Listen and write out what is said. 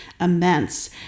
immense